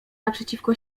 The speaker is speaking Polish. naprzeciwko